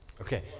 Okay